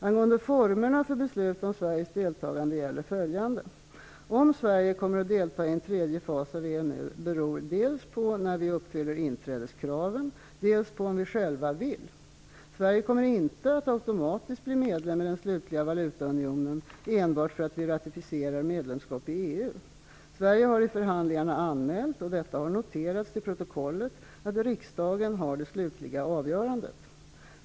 Angående formerna för beslut om Sveriges deltagande gäller följande. Om Sverige kommer att delta i en tredje fas av EMU beror dels på när vi uppfyller inträdeskraven, dels på om vi själva vill. Sverige kommer inte att automatiskt bli medlem i den slutliga valutaunionen enbart för att vi ratificerar medlemskap i EU. Sverige har i förhandlingarna anmält, och detta har noterats till protokollet, att riksdagen har det slutliga avgörandet.